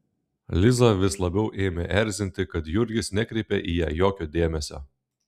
lizą vis labiau ėmė erzinti kad jurgis nekreipia į ją jokio dėmesio